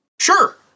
Sure